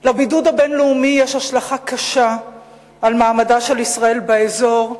לבידוד הבין-לאומי יש השלכה קשה על מעמדה של ישראל באזור,